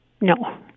No